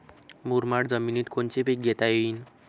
मुरमाड जमिनीत कोनचे पीकं घेता येईन?